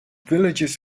villages